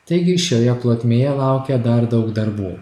taigi šioje plotmėje laukia dar daug darbų